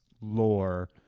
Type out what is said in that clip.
lore